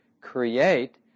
create